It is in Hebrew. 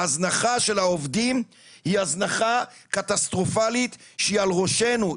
ההזנחה של העובדים היא הזנחה קטסטרופלית שהיא על ראשנו,